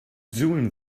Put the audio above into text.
doing